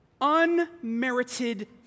Unmerited